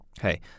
Hey